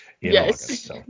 Yes